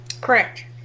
Correct